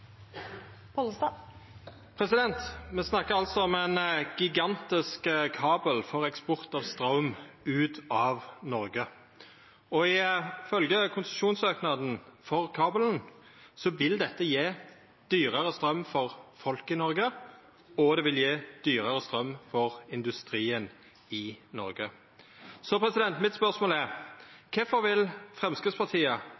Me snakkar altså om ein gigantisk kabel for eksport av straum ut av Noreg. Ifølgje konsesjonssøknaden for kabelen vil dette gje dyrare straum for folk i Noreg, og det vil gje dyrare straum for industrien i Noreg. Mitt spørsmål